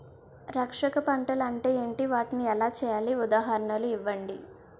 రక్షక పంటలు అంటే ఏంటి? వాటిని ఎలా వేయాలి? ఉదాహరణలు ఇవ్వండి?